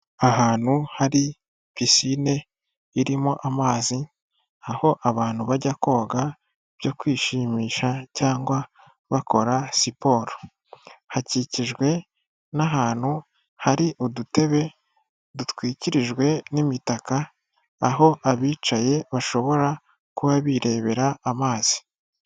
Ahantu hari pisine irimo amazi, aho abantu bajya koga ibyo kwishimisha cyangwa bakora siporo, hakikijwe n'ahantu hari udutebe dutwikirijwe n'imitaka, aho abicaye bashobora kuba birebera amazi.